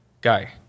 guy